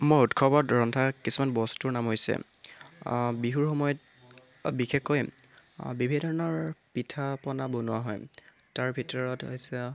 মই উৎসৱত ৰন্ধা কিছুমান বস্তুৰ নাম হৈছে বিহুৰ সময়ত বিশেষকৈ বিভিন্ন ধৰণৰ পিঠা পনা বনোৱা হয় তাৰ ভিতৰত হৈছে